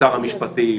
שר המשפטים,